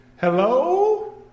Hello